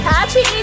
Happy